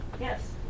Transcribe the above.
Yes